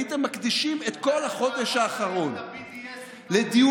הייתם מקדישים את כל החודש האחרון לדיונים